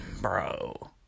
bro